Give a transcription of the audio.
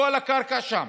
כל הקרקע שם.